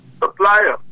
supplier